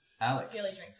Alex